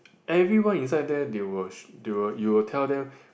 everyone inside there they will sh~ they will you will tell them